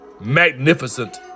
Magnificent